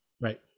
Right